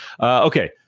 Okay